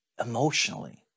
Emotionally